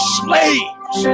slaves